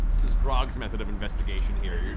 this is grog's method of investigation here, you're